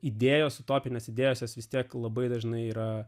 idėjos utopinės idėjos vis tiek labai dažnai yra